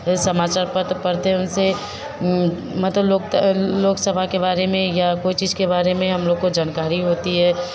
समाचार पत्र पढ़ते है उनसे मत लोक तो लोकसभा के बारे में या कुछ इसके बारे में हम लोग को जनकारी होती है